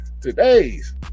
today's